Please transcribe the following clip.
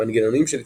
מנגנונים של התמכרות